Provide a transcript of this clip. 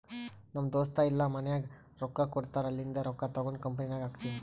ನಮ್ ದೋಸ್ತ ಇಲ್ಲಾ ಮನ್ಯಾಗ್ ರೊಕ್ಕಾ ಕೊಡ್ತಾರ್ ಅಲ್ಲಿಂದೆ ರೊಕ್ಕಾ ತಗೊಂಡ್ ಕಂಪನಿನಾಗ್ ಹಾಕ್ತೀನಿ